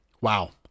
Wow